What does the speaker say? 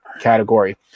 category